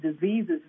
diseases